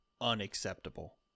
unacceptable